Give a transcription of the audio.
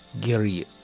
Gary